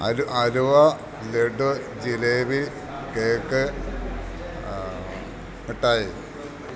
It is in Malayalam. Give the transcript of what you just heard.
അലുവ അലുവ ലഡു ജിലേബി കേക്ക് മിഠായി